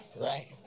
Right